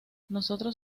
nosotros